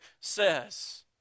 says